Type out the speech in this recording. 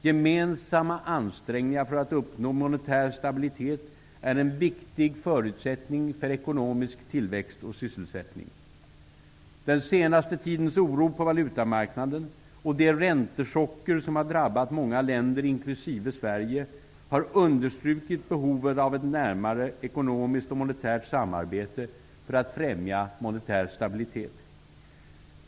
Gemensamma ansträngningar för att uppnå monetär stabilitet är en viktig förutsättning för ekonomisk tillväxt och sysselsättning. Den senaste tidens oro på valutamarknaderna och de räntechocker som har drabbat många länder inklusive Sverige, har understrukit behovet av ett närmare ekonomiskt och monetärt samarbete för att främja monetär stabilitet.